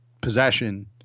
possession